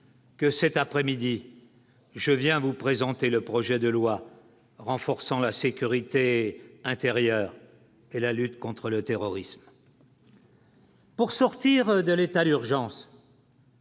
que cet après-midi, je viens vous présenter le projet de loi renforçant la sécurité intérieure et la lutte contre le terrorisme. Pour sortir de l'état d'urgence.